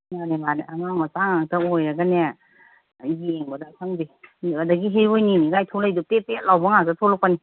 ꯃꯥꯅꯦ ꯃꯥꯅꯦ ꯑꯉꯥꯡ ꯃꯆꯥ ꯉꯥꯛꯇ ꯑꯣꯏꯔꯒꯅꯦ ꯑ ꯌꯦꯡꯕꯗ ꯈꯪꯗꯦ ꯑꯗꯒꯤ ꯍꯦꯔꯣꯅꯤꯅꯤꯒꯥꯏ ꯊꯣꯛꯂꯛꯏꯗꯣ ꯄꯦꯠ ꯄꯦꯠ ꯂꯥꯎꯕ ꯉꯥꯛꯇ ꯊꯣꯛꯂꯛꯀꯅꯤ